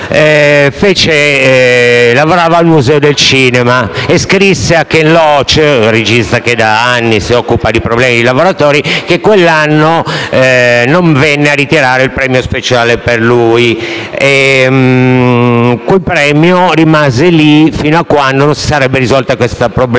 lavorava al museo del cinema e scrisse a Ken Loach, regista che da anni si occupa di problemi di lavoratori, che quell'anno non venne a ritirare il premio speciale per lui. Quel premio rimase lì fino a quando non si sarebbe risolto questo problema.